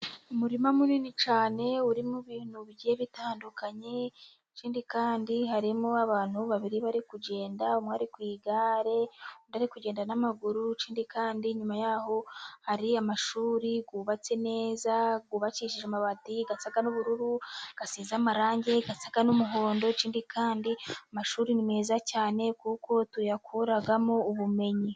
Umurima munini cyane urimo ibintu bigiye bitandukanye, ikindi kandi harimo abantu babiri bari kugenda, umwe ari ku igare, undi ari kugenda n'amaguru. Ikindi kandi nyuma yaho hari amashuri yubatse neza, yubakishije amabati asa n'ubururu, asize amarangi asa n'umuhondo, ikindi kandi amashuri ni meza cyane, kuko tuyakuramo ubumenyi.